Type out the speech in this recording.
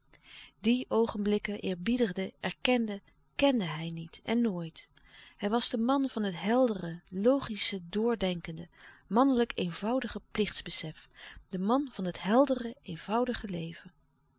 die oogenblikken eerbiedigde erkende kende hij niet en nooit hij was de man van het heldere logische doordenkende mannelijk eenvoudige plichtsbesef de man van het heldere eenvoudige leven